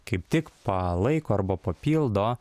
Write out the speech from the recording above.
kaip tik palaiko arba papildo